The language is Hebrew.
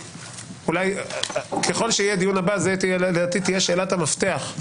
ככל שיהיה דיון נוסף, לדעתי, זו תהיה שאלת המפתח.